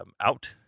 out